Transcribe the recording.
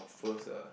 first ah